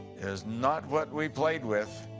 it's not what we played with.